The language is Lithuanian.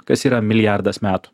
kas yra milijardas metų